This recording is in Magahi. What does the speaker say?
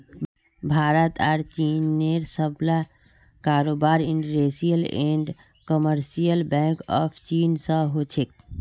भारत आर चीनेर सबला कारोबार industrial and commercial bank of चीन स हो छेक